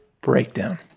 breakdown